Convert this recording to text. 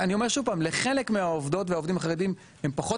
שלחלק מהעובדות והעובדים החרדים הן פחות